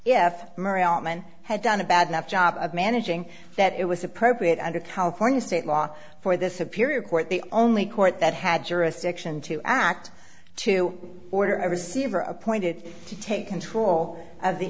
woman had done a bad enough job of managing that it was appropriate under california state law for this a period where the only court that had jurisdiction to act to order a receiver appointed to take control of the